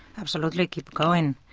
absolutely, keep going.